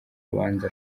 rubanza